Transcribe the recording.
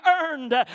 earned